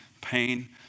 pain